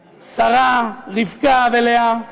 שרה, רבקה ולאה,